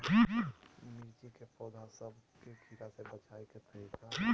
मिर्ची के पौधा सब के कीड़ा से बचाय के तरीका?